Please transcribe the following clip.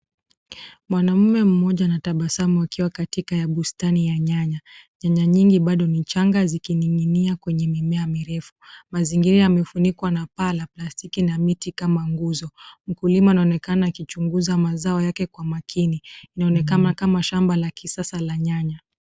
Mwanamume mmoja anatabasamu akiwa katika bustani ya nyanya. Nyanya nyingi bado ni changa zikining'inia kwenye mimea mirefu. Mazingira yamefunikwa na paa la plastiki na miti kama nguzo. Mkulima anaonekana akichunguza mazao yake kwa makini. Inaonekana kama shamba la kisasa la nyanya.